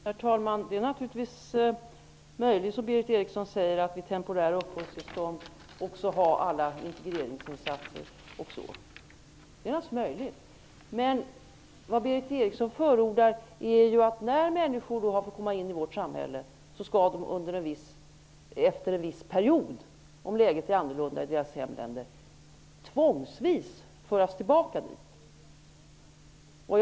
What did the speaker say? Herr talman! Som Berith Eriksson påpekade är det naturligtvis möjligt att sätta in alla integreringsinsatser också vid temporära uppehållstillstånd. Naturligtvis är det möjligt. Men Berith Eriksson förordar ju att människor, som fått komma in i vårt samhälle, efter en viss period med tvång skall föras tillbaka till sina hemländer, om läget har blivit ett annat där.